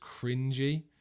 cringy